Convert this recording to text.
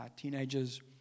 teenagers